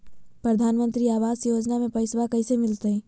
प्रधानमंत्री आवास योजना में पैसबा कैसे मिलते?